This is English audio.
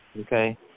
Okay